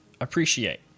appreciate